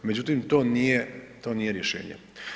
Međutim to nije rješenje.